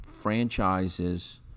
franchises –